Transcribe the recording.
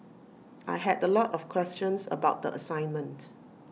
I had the lot of questions about the assignment